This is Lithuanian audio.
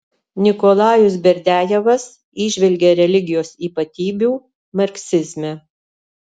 nikolajus berdiajevas įžvelgė religijos ypatybių marksizme